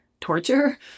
torture